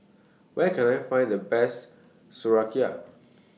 Where Can I Find The Best Sauerkraut